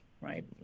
right